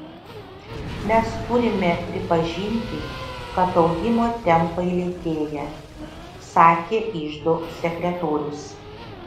mes turime pripažinti kad augimo tempai lėtėja sakė iždo sekretorius